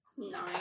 Nine